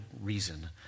reason